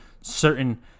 certain